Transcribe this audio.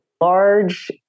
large